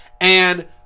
and-